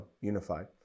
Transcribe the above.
unified